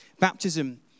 Baptism